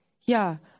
Ja